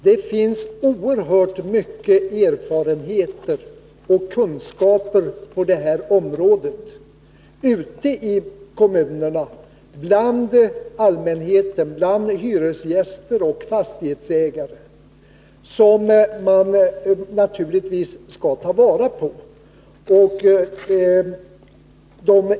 Det finns oerhört mycket erfarenheter och kunskaper på det här området ute i kommunerna, bland allmänheten och bland hyresgäster och fastighetsägare, som man naturligtvis skall ta vara på.